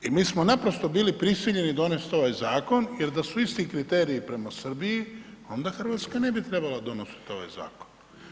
I mi smo naprosto bili prisiljeni donesti ovaj zakon jer da su isti kriteriji prema Srbiji onda Hrvatska ne bi trebala donositi ovaj zakon.